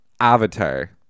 avatar